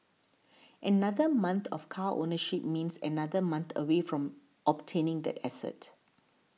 another month of car ownership means another month away from obtaining that asset